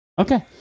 Okay